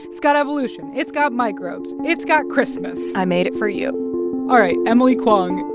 it's got evolution. it's got microbes. it's got christmas i made it for you all right. emily kwong,